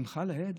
שמחה לאיד?